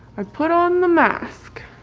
i put on the mask,